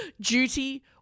duty